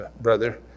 brother